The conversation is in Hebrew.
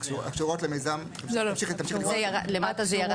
הקשורות למיזם, תמשיכי לקרוא.